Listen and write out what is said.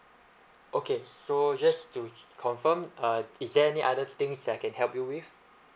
okay so just to confirm uh is there any other things that I can help you with